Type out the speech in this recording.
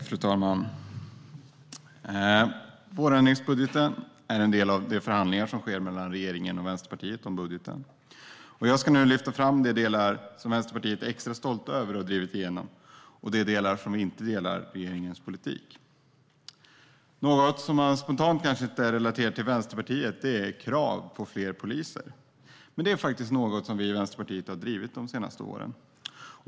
Fru talman! Vårändringsbudgeten är en del av de förhandlingar om budgeten som sker mellan regeringen och Vänsterpartiet. Jag ska nu lyfta fram de delar som vi i Vänsterpartiet är extra stolta över att ha drivit igenom och de delar där vi inte delar regeringens politik. Något som man kanske inte spontant relaterar till Vänsterpartiet är krav på fler poliser. Men det är faktiskt något som vi i Vänsterpartiet har drivit de senaste åren.